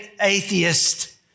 atheist